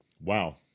Wow